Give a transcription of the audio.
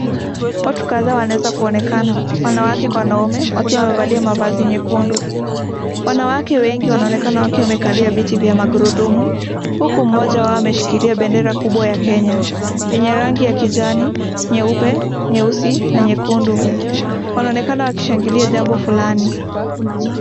Watu kadhaa wanaweza kuonekana wanawake kwa wanaume wakiwa wamevalia mavazi nyekundu. Wanawake wengi wanaonekana wakiwa wamekalia viti vya magurudumu huku mmoja wao ameshikilia bendera kubwa ya Kenya yenye rangi ya kijani, nyeupe, nyeusi na nyekundu. Wanaonekana wakishangilia jambo fulani.